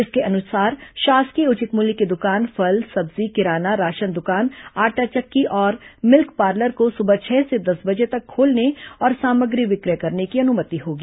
इसके अनुसार शासकीय उचित मूल्य की दुकान फल सब्जी किराना राशन दुकान आटा चक्की और मिल्क पार्लर को सुबह छह से दस बजे तक खोलने और सामग्री विक्रय करने की अनुमति होगी